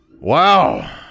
wow